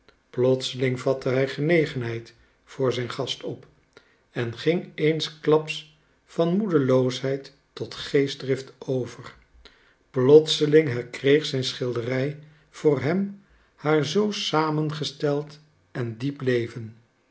plotseling vatte hij genegenheid voor zijn gast op en ging eensklaps van moedeloosheid tot geestdrift over plotseling herkreeg zijn schilderij voor hem haar zoo samengesteld en diep leven